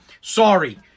Sorry